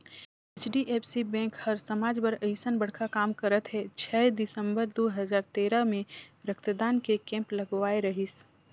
HDFC bank हर समाज बर अइसन बड़खा काम करत हे छै दिसंबर दू हजार तेरा मे रक्तदान के केम्प लगवाए रहीस